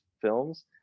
films